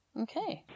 Okay